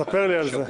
ספר לי על זה.